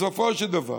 בסופו של דבר